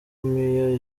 niyo